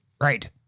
Right